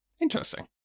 Interesting